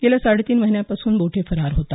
गेल्या साडेतीन महिन्यांपासून बोठे फरार होता